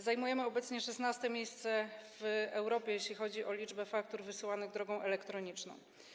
Zajmujemy obecnie 16. miejsce w Europie, jeśli chodzi o liczbę faktur wysyłanych drogą elektroniczną.